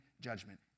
judgment